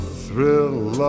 thrill